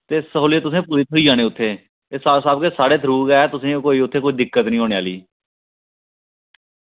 ते स्हूलियत तुसेंगी पूरी थ्होई जानी उत्थें ते साफ साफ ऐ की साढ़े थ्रू तुसेंगी कोई दिक्कत निं होने आह्ली